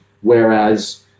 whereas